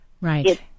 right